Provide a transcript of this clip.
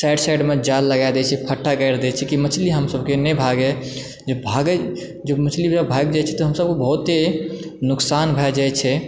side side में जाल लगा दै छी फट्टा गारि दै छी की मछली हमसबके नहि भागय जे भागय जे मछली अगर भागि जाय छै तऽ हमसब ओ बहुते नुकसान भए जाइ छै